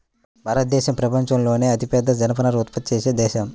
భారతదేశం ప్రపంచంలోనే అతిపెద్ద జనపనార ఉత్పత్తి చేసే దేశం